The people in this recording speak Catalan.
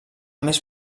més